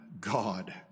God